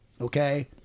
Okay